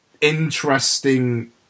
interesting